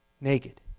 naked